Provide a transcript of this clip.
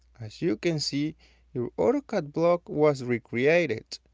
as you can see your autocad block was recreated.